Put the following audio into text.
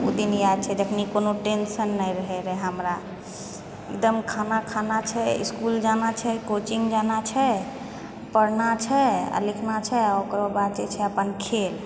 उ दिन याद छै जखनि कोनो टेंशन नहि रहय रहय हमरा एकदम खाना खाना छै इसकुल जाना छै कोचिंग जाना छै पढ़ना छै आओर लिखना छै आओर ओकरबाद जे छै अपन खेल